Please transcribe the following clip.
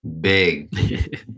big